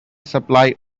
supply